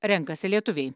renkasi lietuviai